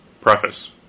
Preface